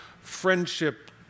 friendship